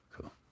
cool